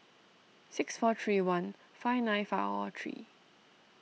six four three one five nine five three